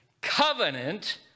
covenant